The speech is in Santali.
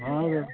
ᱦᱳᱭ